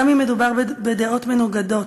גם אם מדובר בדעות מנוגדות,